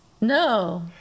No